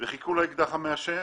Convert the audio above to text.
חיכו לאקדח המעשן.